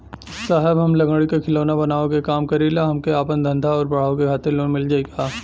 साहब हम लंगड़ी क खिलौना बनावे क काम करी ला हमके आपन धंधा अउर बढ़ावे के खातिर लोन मिल जाई का?